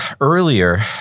earlier